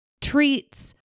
treats